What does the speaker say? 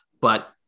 But-